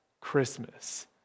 Christmas